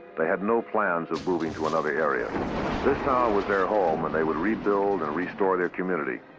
they had no plans of moving to another area. this town was their home and they would rebuild and restore their community,